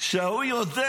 שההוא יודע,